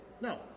No